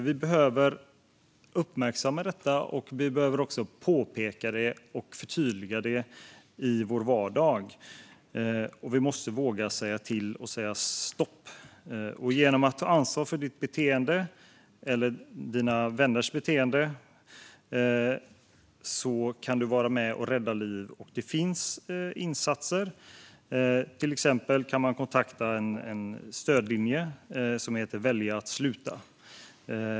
Vi behöver uppmärksamma detta och också påpeka det och förtydliga det i vår vardag. Vi måste våga säga till och säga stopp. Genom att ta ansvar för ditt beteende eller dina vänners beteende kan du vara med och rädda liv. Det finns insatser. Till exempel kan man kontakta en stödlinje som heter Välj att sluta.